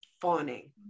fawning